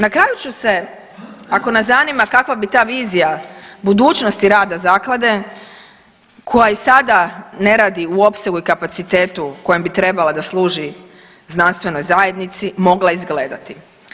Na kraju ću se ako nas zanima kakva bi ta vizija budućnosti rada zaklade koja i sada ne radi u opsegu i kapacitetu kojem bi trebala da služi znanstvenoj zajednici mogla izgledati.